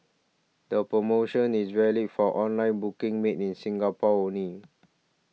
the promotion is valid for online booking made in Singapore only